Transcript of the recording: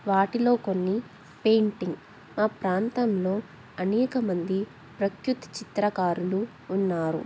వాటిలో కొన్ని పెయింటింగ్ మా ప్రాంతంలో అనేకమంది ప్రఖ్యాతి చిత్రకారులు ఉన్నారు